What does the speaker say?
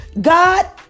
god